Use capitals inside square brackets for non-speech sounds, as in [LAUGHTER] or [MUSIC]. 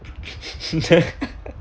[LAUGHS]